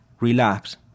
relapse